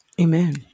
Amen